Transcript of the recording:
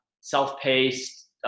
self-paced